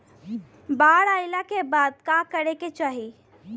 बाढ़ आइला के बाद का करे के चाही?